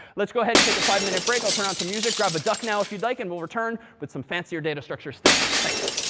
let's go ahead and take a five minute break. i'll turn on some music. grab a duck now, if you'd like. and we'll return with some fancier data structures still. thanks.